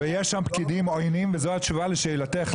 יש שם פקידים עוינים וזו התשובה לשאלתך: